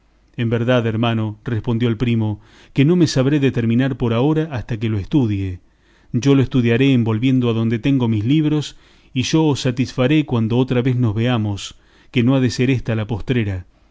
en verdad hermano respondió el primo que no me sabré determinar por ahora hasta que lo estudie yo lo estudiaré en volviendo adonde tengo mis libros y yo os satisfaré cuando otra vez nos veamos que no ha de ser ésta la postrera